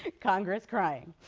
congress crying.